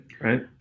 right